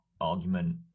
argument